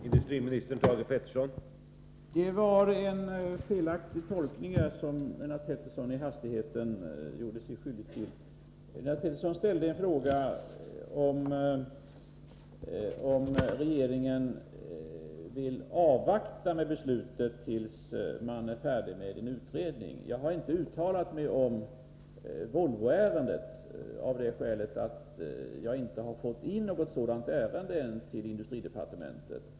Herr talman! Lennart Pettersson gjorde i hastigheten sig skyldig till en felaktig tolkning. Han ställde frågan om regeringen vill avvakta med beslutet tills utredningen är färdig. Jag har inte uttalat mig om Volvoärendet, av det skälet att jag inte har fått in något sådant ärende till industridepartementet ännu.